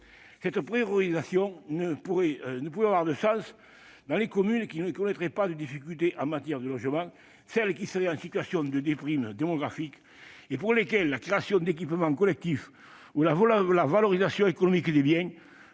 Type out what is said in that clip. Cette priorisation ne pouvait avoir de sens dans les communes qui ne connaissent pas de difficultés en matière de logement, celles qui sont en situation de déprime démographique et pour lesquelles la création d'équipements collectifs ou la valorisation économique des biens,